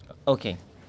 okay